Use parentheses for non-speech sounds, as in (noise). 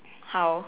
how (laughs)